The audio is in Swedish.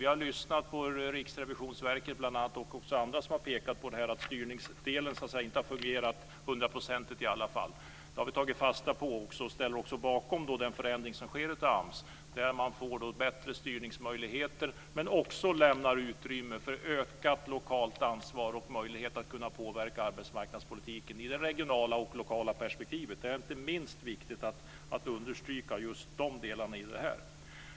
Vi har lyssnat på Riksrevisionsverket och även andra som har pekat på att styrningsdelen inte har fungerat hundraprocentigt. Det har vi tagit fasta på och låter det stå bakom den förändring som sker av AMS. Man får bättre styrningsmöjligheter, men utrymme lämnas också för ökat lokalt ansvar och möjlighet att påverka arbetsmarknadspolitiken i det regionala och lokala perspektivet. Det är inte minst viktigt att understryka just de delarna.